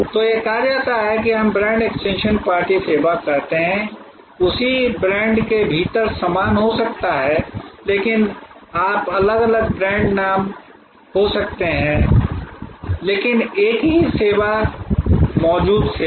तो यह कहा जाता है कि जिसे हम ब्रांड एक्सटेंशन पार्टी सेवा कहते हैं उसी ब्रांड के भीतर समान हो सकता है लेकिन आप अलग अलग ब्रांड नाम हो सकते हैं लेकिन एक ही सेवा मौजूदा सेवा